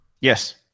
Yes